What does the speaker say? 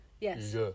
Yes